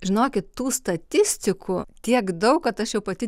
žinokit tų statistikų tiek daug kad aš jau pati